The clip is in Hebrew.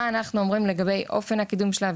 מה אנחנו אומרים לגבי אופן הקידום שלה?